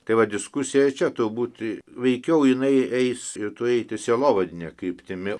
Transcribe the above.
tai va diskusija čia tur būti veikiau jinai eis ir turi eiti sielovadine kryptimi